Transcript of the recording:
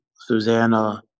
Susanna